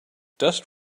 dust